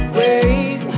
wait